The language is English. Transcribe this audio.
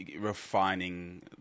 refining